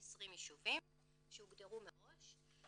20 ישובים שהוגדרו מראש.